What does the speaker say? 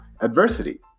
adversity